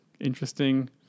interesting